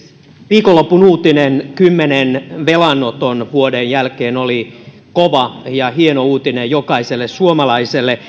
viikonlopun uutinen kymmenen velanoton vuoden jälkeen oli kova ja hieno uutinen jokaiselle suomalaiselle